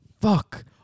Fuck